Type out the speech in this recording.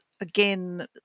again